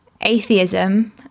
atheism